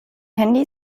handy